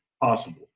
possible